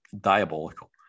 diabolical